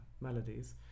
melodies